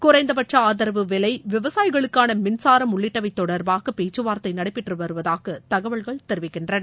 குறைந்தபட்ச ஆதரவு விலை விவசாயிகளுக்கான மின்சாரம் உள்ளிட்டவை தொடர்பாக பேச்சுவார்தை நடைபெற்று வருவதாக தகவல்கள் தெரிவிக்கின்றன